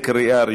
נתקבלה.